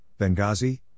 Benghazi